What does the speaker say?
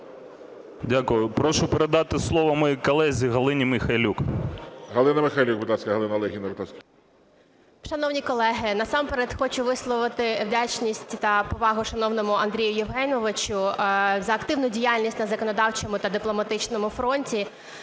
Дякую. Прошу передати слово моїй колезі Галині Михайлюк. ГОЛОВУЮЧИЙ. Галина Михайлюк, будь ласка. Галино Олегівно, будь ласка. 12:28:32 МИХАЙЛЮК Г.О. Шановні колеги, насамперед хочу висловити вдячність та повагу шановному Андрію Євгеновичу за активну діяльність на законодавчому та дипломатичному фронті.